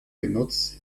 genutzt